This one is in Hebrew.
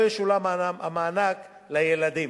לא ישולם המענק לילדים.